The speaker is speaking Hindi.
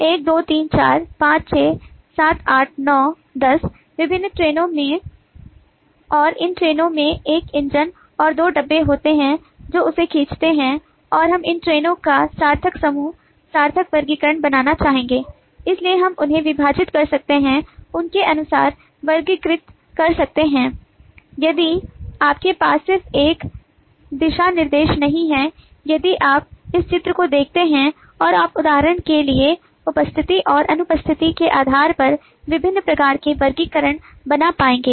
१ २ ३ ४ ५ ६ ९ १० विभिन्न ट्रेनों में और इन ट्रेनों में एक इंजन और दो डिब्बे होते हैं जो इसे खींचते हैं और हम इन ट्रेनों का सार्थक समूह सार्थक वर्गीकरण बनाना चाहेंगे इसलिए हम उन्हें विभाजित कर सकते हैं उनके अनुसार वर्गीकृत कर सकते हैं यदि आपके पास सिर्फ एक दिशानिर्देश नहीं है यदि आप इस चित्र को देखते हैं और आप उदाहरण के लिए उपस्थिति और अनुपस्थिति के आधार पर विभिन्न प्रकार के वर्गीकरण बना पाएंगे